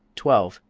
twelve.